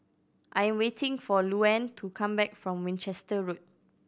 I am waiting for Louann to come back from Winchester Road